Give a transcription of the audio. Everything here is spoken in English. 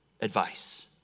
advice